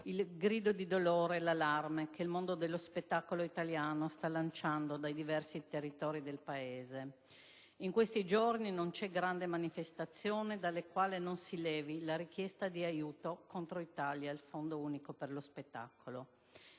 il grido di dolore e l'allarme che il mondo dello spettacolo italiano sta lanciando dai diversi territori del Paese. In questi giorni non c'è grande manifestazione dalla quale non si levi la richiesta di aiuto contro i tagli al Fondo unico per lo spettacolo.